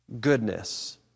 goodness